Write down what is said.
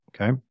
Okay